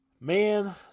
Man